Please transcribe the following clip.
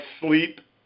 sleep